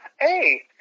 Hey